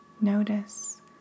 Notice